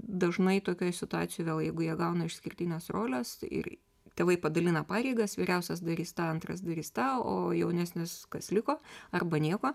dažnai tokioj situacijoj vėl jeigu jie gauna išskirtines roles ir tėvai padalina pareigas vyriausias darys tą antras darys tą o jaunesnis kas liko arba nieko